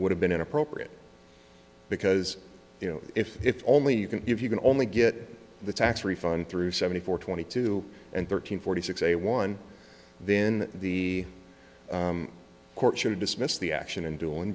would have been inappropriate because you know if it's only you can if you can only get the tax refund through seventy four twenty two and thirteen forty six a one then the court should have dismissed the action and doing